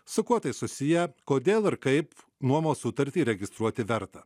su kuo tai susiję kodėl ir kaip nuomos sutartį įregistruoti verta